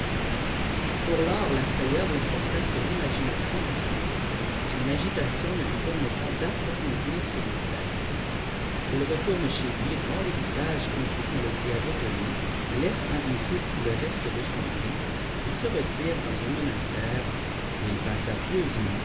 pour lors la frayeur l'emporta sur l'imagination du fils son agitation ne lui permet pas d'approfondir ce mystère il retourne chez lui rend l'héritage ainsi qu'on le lui avait donné laisse à un fils le reste de son bien et se retire dans un monastère jih il passa